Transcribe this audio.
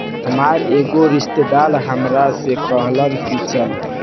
हामार एगो रिस्तेदार हामरा से कहलन की चलऽ